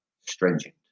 stringent